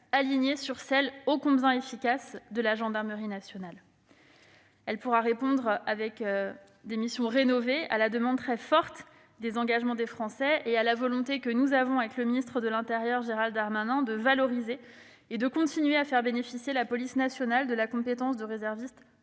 alignée sur celle, ô combien efficace, de la gendarmerie nationale. Elle pourra répondre, avec des missions rénovées, à la demande très forte d'engagement des Français et à la volonté que nous avons avec le ministre de l'intérieur, Gérald Darmanin, de valoriser la police nationale et de continuer à la faire bénéficier de la compétence de réservistes